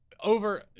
over